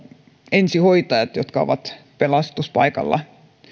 ensihoitajat jotka ovat pelastuspaikalla